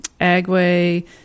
Agway